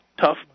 tough